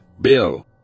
Bill